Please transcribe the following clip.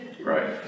Right